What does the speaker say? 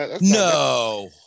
No